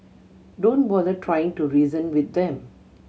don't bother trying to reason with them